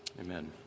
Amen